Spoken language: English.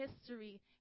history